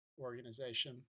organization